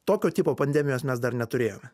tokio tipo pandemijos mes dar neturėjome